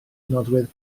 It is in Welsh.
nodwedd